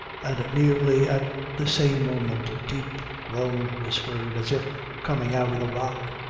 and nearly at the same moment a deep groan was heard, as if coming-out of the rock.